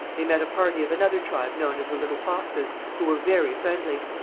they met a party of another tribe known as the little foxes, who were very friendly.